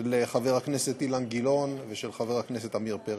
של חבר הכנסת אילן גילאון ושל חבר הכנסת עמיר פרץ.